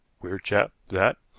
queer chap, that,